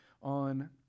on